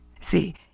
See